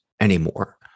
anymore